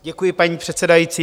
Děkuji, paní předsedající.